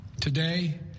Today